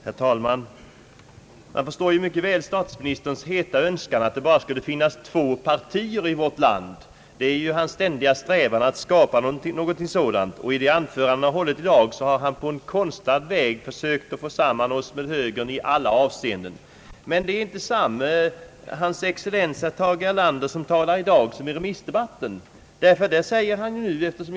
Herr talman! Jag förstår mycket väl statsministerns heta önskan att det skall finnas bara två partier i vårt land. Hans ständiga strävan är ju att skapa någonting sådant. I det anförande som han har hållit i dag har han på en konstlad väg försökt föra samman oss med högern i alla avseenden. Men det är inte samme excellens herr Tage Erlander som talar i dag som den som talade i remissdebatten.